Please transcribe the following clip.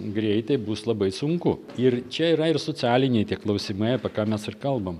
greitai bus labai sunku ir čia yra ir socialiniai klausimai apie ką mes ir kalbam